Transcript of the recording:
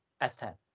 S10